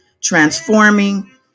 transforming